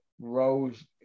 rose